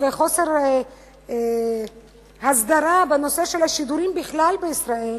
וחוסר ההסדרה בנושא של השידורים בכלל בישראל,